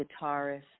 guitarist